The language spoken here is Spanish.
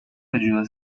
ayuda